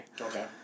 Okay